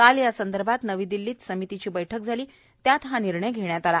काल या संदर्भात नवी दिल्ली इथं समितीची बैठक झाली त्यात हा निर्णय घेण्यात आला